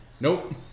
Nope